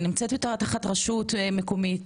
היא נמצאת יותר תחת רשות מקומית,